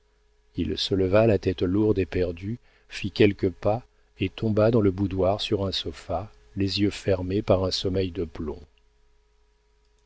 il se leva la tête lourde et perdue fit quelques pas et tomba dans le boudoir sur un sofa les yeux fermés par un sommeil de plomb